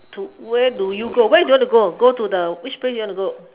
do where do you go where do you want to go go to the which place do you want to go